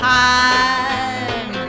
time